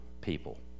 people